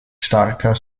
starker